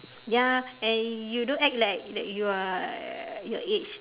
ya and you don't act like like you are your age